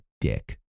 dick